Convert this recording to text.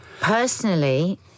Personally